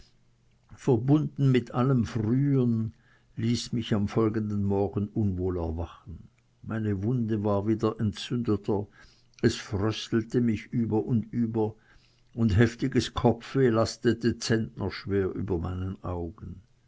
verbunden mit allem frühern ließen mich am folgenden morgen unwohl erwachen meine wunde war wieder entzündeter es fröstelte mich über und über und heftiges kopfweh lastete zentnerschwer über meinen augen